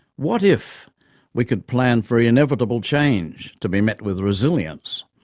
what if we could plan for inevitable change, to be met with resilience,